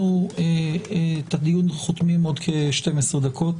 אנחנו חותמים את הדיון עוד כ-12 דקות